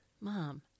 Mom